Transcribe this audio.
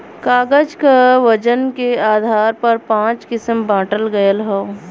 कागज क वजन के आधार पर पाँच किसम बांटल गयल हौ